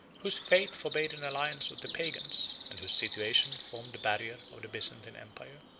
whose faith forbade an alliance with the pagans, and whose situation formed the barrier of the byzantine empire.